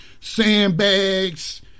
sandbags